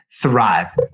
thrive